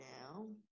now